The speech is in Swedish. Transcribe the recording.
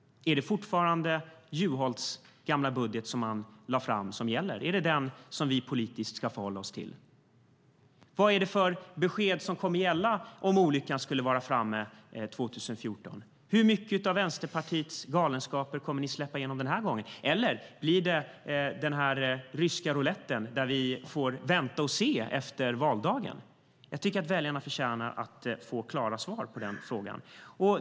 Är det fortfarande Juholts gamla budget som man lade fram som gäller? Är det den som vi politiskt ska förhålla oss till? Vad är det för besked som kommer att gälla om olyckan skulle vara framme 2014? Hur mycket av Vänsterpartiets galenskaper kommer ni att släppa igenom denna gång? Eller blir det den ryska roulett där vi får vänta och se efter valdagen? Jag tycker att väljarna förtjänar att få klara svar på den frågan.